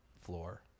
floor